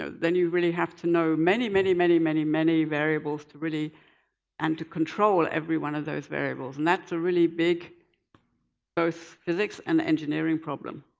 ah then you really have to know many, many many, many many variables to really and control every one of those variables, and that's a really big both physics and engineering problem,